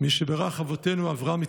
מי שבירך אבותינו אברהם,